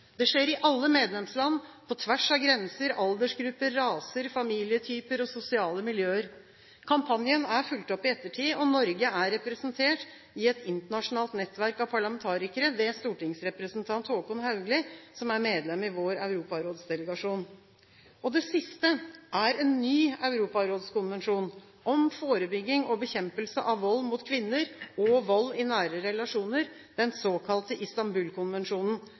Det skjer i alle medlemsland, på tvers av grenser, aldersgrupper, raser, familietyper og sosiale miljøer. Kampanjen er fulgt opp i ettertid, og Norge er representert i et internasjonalt nettverk av parlamentarikere, ved stortingsrepresentant Håkon Haugli, som er medlem i vår Europarådsdelegasjon. Det siste er en ny europarådskonvensjon om forebygging og bekjempelse av vold mot kvinner og vold i nære relasjoner, den såkalte